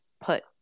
put